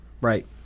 Right